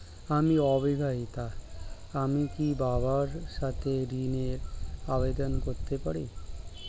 আমি অবিবাহিতা আমি কি বাবার সাথে ঋণের আবেদন করতে পারি?